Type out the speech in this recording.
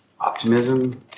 optimism